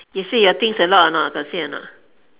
you said your things a lot or not got say or not